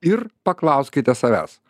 ir paklauskite savęs